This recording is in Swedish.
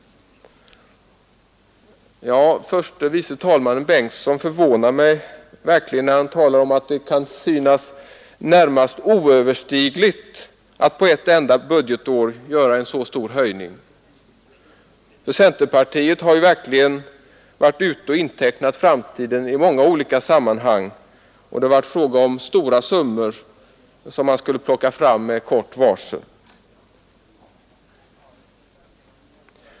Herr förste vice talmannen Bengtson förvånade mig verkligen när han talade om att det kan synas närmast oöverstigligt att på ett enda budgetår göra en så stor höjning. Centerpartiet har ju verkligen varit ute och intecknat framtiden i många olika sammanhang, och det har varit fråga om mycket stora summor som man skulle plocka fram med kort varsel.